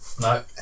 No